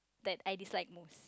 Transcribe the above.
that I dislike most